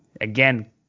again